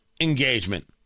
engagement